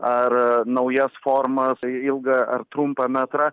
ar naujas formas tai ilgą ar trumpą metrą